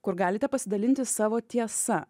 kur galite pasidalinti savo tiesa